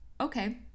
Okay